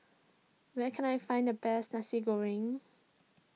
where can I find the best Nasi Goreng